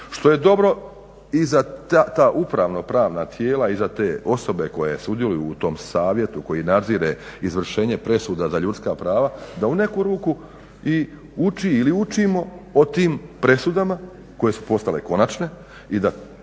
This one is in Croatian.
što je dobro i za ta upravnopravna tijela i za te osobe koje sudjeluju u tom savjetu koji nadzire izvršenje presuda za ljudska prava da u neku ruku uči ili učimo o tim presudama koje su postale konačne i da